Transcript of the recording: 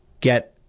get